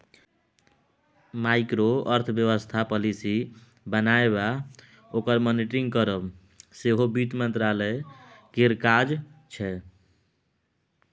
micro अर्थबेबस्था policy बनाएब आ ओकर मॉनिटरिंग करब सेहो बित्त मंत्रालय केर काज छै